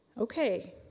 okay